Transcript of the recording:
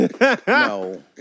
No